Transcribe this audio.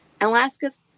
Alaska's